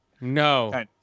No